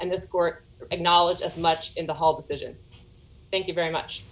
and the court knowledge as much in the hall decision thank you very much